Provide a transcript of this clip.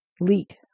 leak